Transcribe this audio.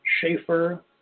Schaefer